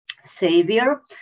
savior